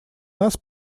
нас